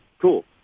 Cool